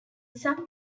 some